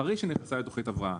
אחרי שתצא תכנית הבראה,